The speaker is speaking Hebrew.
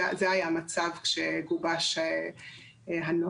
זה היה המצב כשגובש הנוהל.